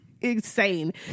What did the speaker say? insane